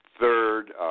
third